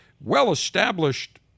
well-established